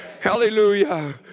Hallelujah